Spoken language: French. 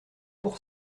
pour